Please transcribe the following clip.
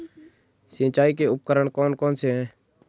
सिंचाई के उपकरण कौन कौन से हैं?